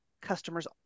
customer's